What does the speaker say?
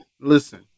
listen